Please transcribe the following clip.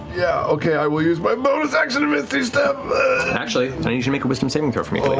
yeah, okay. i will use my bonus action to misty step. matt actually, i need you to make a wisdom saving throw for me, please.